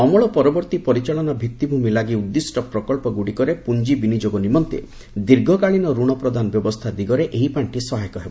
ଅମଳ ପରବର୍ତ୍ତୀ ପରିଚାଳନା ଭିଭି଼ମି ପାଇଁ ଉଦ୍ଦିଷ୍ଟ ପ୍ରକଚ୍ଚଗୁଡ଼ିକରେ ପୁଞ୍ଜି ବିନିଯୋଗ ନିମନ୍ତେ ଦୀର୍ଘକାଳୀନ ରଣ ପ୍ରଦାନ ବ୍ୟବସ୍ଥା ଦିଗରେ ଏହି ପାର୍ଷି ସହାୟକ ହେବ